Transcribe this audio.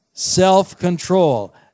self-control